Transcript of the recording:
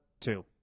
Two